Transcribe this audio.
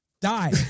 Die